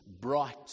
bright